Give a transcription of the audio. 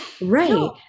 Right